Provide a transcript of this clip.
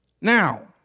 Now